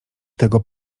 tego